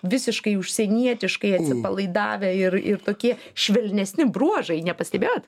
visiškai užsienietiškai atsipalaidavę ir ir tokie švelnesni bruožai nepastebėjot